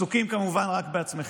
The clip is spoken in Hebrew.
אתם עסוקים כמובן רק בעצמכם.